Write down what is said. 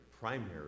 Primary